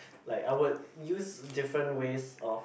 like I would use different ways of